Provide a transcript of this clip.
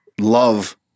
love